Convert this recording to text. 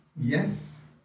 yes